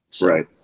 right